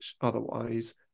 otherwise